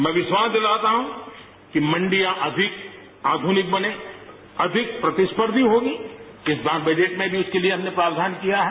मैं विश्वास दिलाता हूं कि मंडियां अधिक आधुनिक बने अधिक प्रतिस्पर्धी होगी किसान बजट में भी उसके लिए हमने प्रावधान किया है